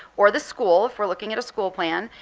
or the school if we're looking at a school plan.